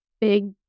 big